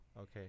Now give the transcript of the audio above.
Okay